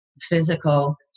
physical